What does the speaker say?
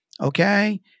okay